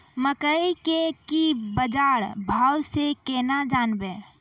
मकई के की बाजार भाव से केना जानवे?